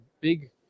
big